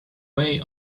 way